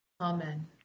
Amen